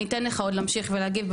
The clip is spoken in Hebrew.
אני אתן לך עוד להמשיך ולהגיב,